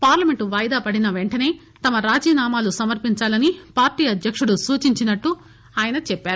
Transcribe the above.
parliament వాయిదా పడిన వెంటనే తమ రాజీనామాలు సమర్పించాలని పార్టీ అధ్యకుడు సూచించినట్టు ఆయన చెప్పారు